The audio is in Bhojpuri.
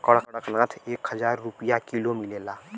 कड़कनाथ एक हजार रुपिया किलो मिलेला